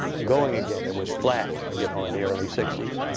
going again. it was flat, you know, in the early sixty s.